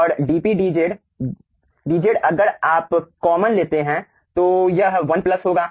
और dP dZ dZ अगर आप कॉमन लेते हैं तो यह 1 प्लस होगा